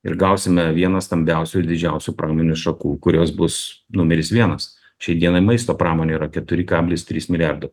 ir gausime vieną stambiausių ir didžiausių pramonės šakų kurios bus numeris vienas šiai dienai maisto pramonė yra keturi kablis trys milijardo